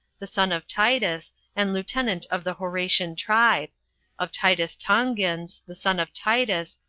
the son of titus, and lieutenant of the horatian tribe of titus tongins, the son of titus,